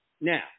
Now